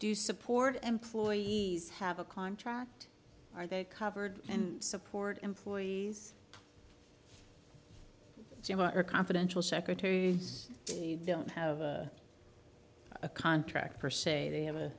do you support employees have a contract are they covered and support employees or confidential secretaries don't have a contract or say they have a